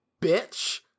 bitch